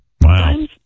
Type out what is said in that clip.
wow